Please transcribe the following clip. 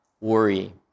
worry